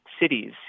cities